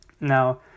Now